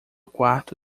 quarto